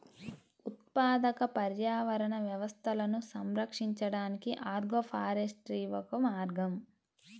ఉత్పాదక పర్యావరణ వ్యవస్థలను సంరక్షించడానికి ఆగ్రోఫారెస్ట్రీ ఒక మార్గం